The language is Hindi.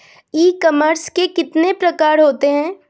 ई कॉमर्स के कितने प्रकार होते हैं?